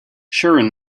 sharon